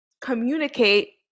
communicate